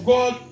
God